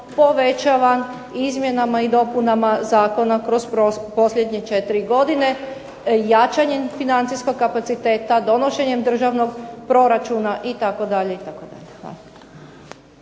povećavan izmjenama i dopunama zakona kroz posljednje 4 godine, jačanjem financijskog kapaciteta, donošenjem državnog proračuna itd.,